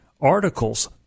articles